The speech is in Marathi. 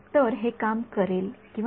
तर हेकाम करेल किंवा नाही